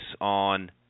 on